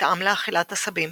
והותאם לאכילת עשבים